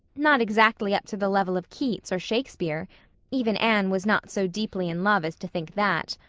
not exactly up to the level of keats or shakespeare even anne was not so deeply in love as to think that.